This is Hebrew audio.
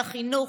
לחינוך,